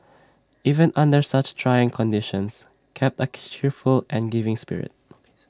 even under such trying conditions kept A cheerful and giving spirit